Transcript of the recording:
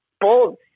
bold